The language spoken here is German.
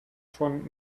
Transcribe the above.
von